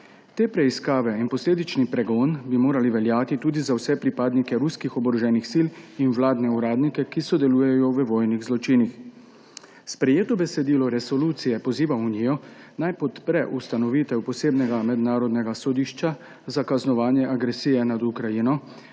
Te preiskave in posledični pregon bi morali veljati tudi za vse pripadnike ruskih oboroženih sil in vladne uradnike, ki sodelujejo v vojnih zločinih. Sprejeto besedilo resolucije poziva Unijo, naj podpre ustanovitev posebnega mednarodnega sodišča za kaznovanje agresije nad Ukrajino,